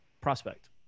prospect